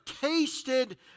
tasted